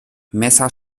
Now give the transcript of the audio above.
messer